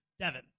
Devin